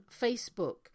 Facebook